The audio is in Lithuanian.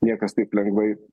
niekas taip lengvai